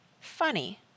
Funny